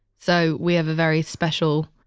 so we have a very special,